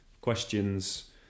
Questions